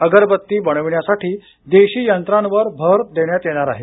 अगरबत्ती बनविण्यासाठी देशी यंत्रांवर भर देण्यात येणार आहे